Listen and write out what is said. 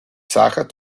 sacher